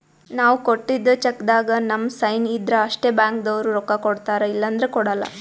ನಾವ್ ಕೊಟ್ಟಿದ್ದ್ ಚೆಕ್ಕ್ದಾಗ್ ನಮ್ ಸೈನ್ ಇದ್ರ್ ಅಷ್ಟೇ ಬ್ಯಾಂಕ್ದವ್ರು ರೊಕ್ಕಾ ಕೊಡ್ತಾರ ಇಲ್ಲಂದ್ರ ಕೊಡಲ್ಲ